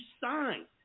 signed